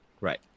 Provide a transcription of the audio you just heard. Right